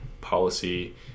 Policy